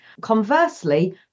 Conversely